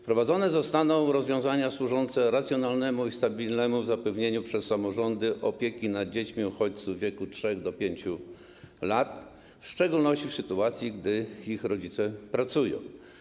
Wprowadzone zostaną rozwiązania służące racjonalnemu i stabilnemu zapewnieniu przez samorządy opieki nad dziećmi uchodźców w wieku 3-5 lat, w szczególności w sytuacji gdy ich rodzice pracują.